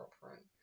girlfriend